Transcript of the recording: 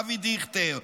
אבי דיכטר,